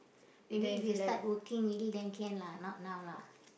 maybe if you start working already then can lah not now lah